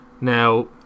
Now